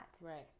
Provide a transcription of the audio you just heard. right